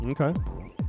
Okay